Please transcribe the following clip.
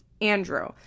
Andrew